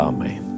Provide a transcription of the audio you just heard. Amen